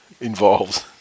involved